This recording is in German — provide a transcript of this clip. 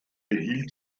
erhielt